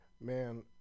Man